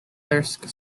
thirsk